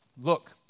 look